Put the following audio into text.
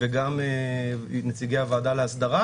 וגם נציגי הוועדה לאסדרה,